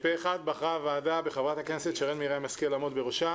פה אחד אושר פה אחד בחרה הוועדה בח"כ שרן מרים השכל לעמוד בראשה.